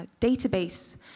database